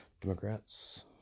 Democrats